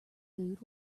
food